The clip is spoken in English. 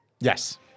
Yes